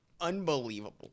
Unbelievable